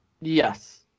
Yes